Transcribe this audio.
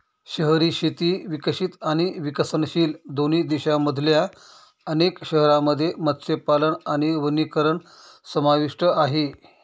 शहरी शेती विकसित आणि विकसनशील दोन्ही देशांमधल्या अनेक शहरांमध्ये मत्स्यपालन आणि वनीकरण समाविष्ट आहे